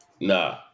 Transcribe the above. Nah